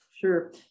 Sure